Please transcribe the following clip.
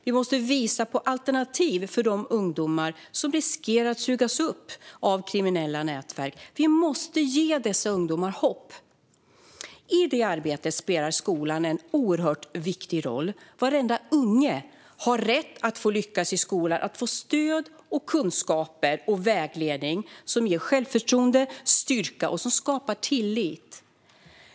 Vi måste visa på alternativ för de ungdomar som riskerar att sugas upp av kriminella nätverk. Vi måste ge dessa ungdomar hopp. I det arbetet spelar skolan en oerhört viktig roll. Varenda unge har rätt att få lyckas i skolan och att få stöd, kunskaper och vägledning som ger självförtroende och styrka och skapar tillit.